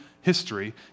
history